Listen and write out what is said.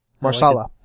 Marsala